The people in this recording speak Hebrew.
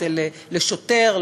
לשוטר,